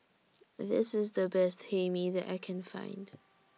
This IS The Best Hae Mee that I Can Find